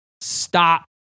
Stop